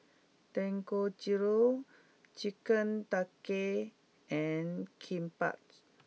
Dangojiru Chicken Tikka and Kimbap